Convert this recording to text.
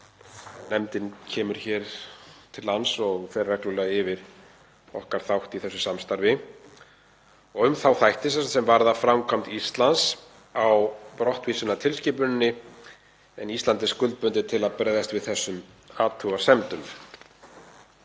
nefndin kemur hingað til lands og fer reglulega yfir okkar þátt í þessu samstarfi — og um þá þætti sem varða framkvæmd Íslands á brottvísunartilskipuninni en Ísland er skuldbundið til að bregðast við þessum